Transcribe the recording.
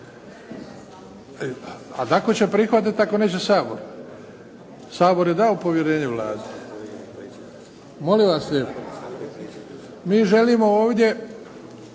A dako će prihvatiti ako neće Sabor, Sabor je dao povjerenje Vladi. Molim vas lijepo, mi želimo ovdje